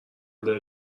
داره